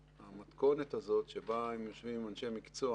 המתכונת הזאת שבה הם יושבים עם אנשי מקצוע,